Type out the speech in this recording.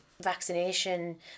vaccination